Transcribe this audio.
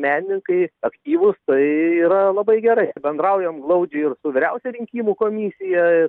visuomenininkai aktyvūs tai yra labai gerai bendraujam glaudžiai ir su vyriausia rinkimų komisija